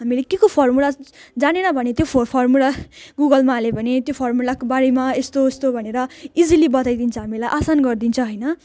हामीले केको फर्मुला जानेन भने त्यो फ फर्मुला गुगलमा हाल्यो भने त्यो फर्मुलाको बारेमा यस्तो यस्तो भनेर इजिली बताइदिन्छ हामीलाई आसान गरिदिन्छ होइन